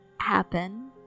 happen